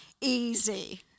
easy